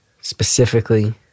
specifically